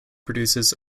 produces